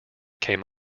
came